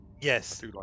Yes